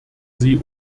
sie